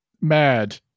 mad